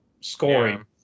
scoring